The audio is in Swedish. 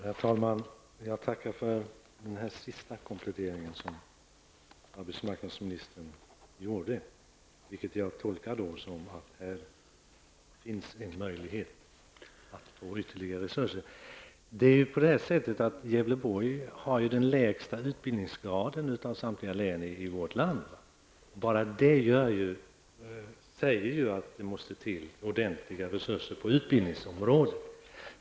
Herr talman! Jag tackar för den sista kompletteringen som arbetsministern gjorde. Jag tolkar det som att det här finns en möjlighet att få ytterligare resurser. Gävleborg har den lägsta utbildningsgraden av samtliga län i vårt land. Bara det säger att det måste till ordentliga resurser på utbildningsområdet.